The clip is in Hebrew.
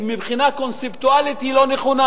מבחינה קונספטואלית היא לא נכונה,